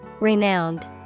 Renowned